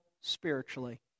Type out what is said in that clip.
spiritually